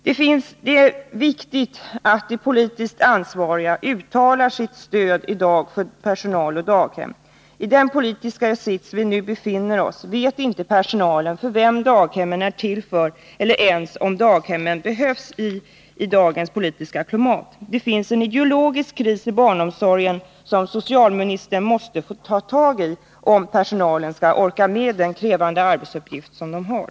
Det är viktigt att de politiskt ansvariga uttalar sitt stöd för personal och daghem. I den politiska sits som vi nu befinner oss i vet inte personalen för vem daghemmen är till eller ens om de behövs i dagens politiska klimat. Det finns en ideologisk kris i barnomsorgen som socialministern måste ta tag i, om personalen skall orka med den krävande arbetsuppgift som den har.